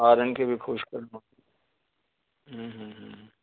ॿारनि खे बि ख़ुशि करणो आहे